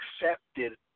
accepted